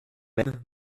même